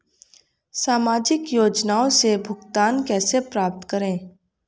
सामाजिक योजनाओं से भुगतान कैसे प्राप्त करें?